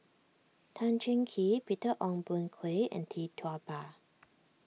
Tan Cheng Kee Peter Ong Boon Kwee and Tee Tua Ba